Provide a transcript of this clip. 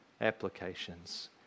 applications